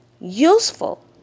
useful